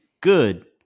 good